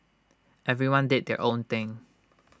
everyone did their own thing